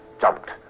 jumped